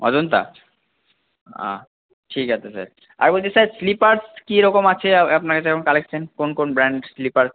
অজন্তা আঁ ঠিক আছে স্যার আর বলছি স্যার স্লিপারস কীরকম আছে আ আপনার কাছে এখন কালেকশন কোন কোন ব্র্যান্ড স্লিপার